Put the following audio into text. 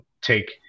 take